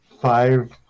Five